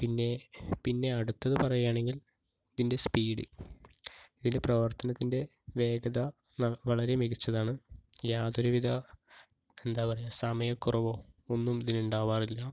പിന്നെ പിന്നെ അടുത്തത് പറയുകയാണെങ്കിൽ ഇതിൻ്റെ സ്പീഡ് ഇതിൻ്റെ പ്രവർത്തനത്തിൻ്റെ വേഗത വളരെ മികച്ചതാണ് യാതൊരു വിധ എന്താ പറയുക സമയക്കുറവോ ഒന്നും ഇതിന് ഉണ്ടാവാറില്ല